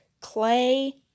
clay